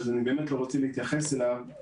אז אני לא רוצה להתייחס אליו.